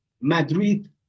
Madrid